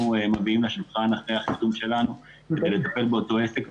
מביאים לשולחן אחרי החיתום שלנו כדי לטפל באותו עסק.